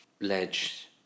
Ledge